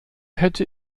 hätte